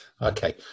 Okay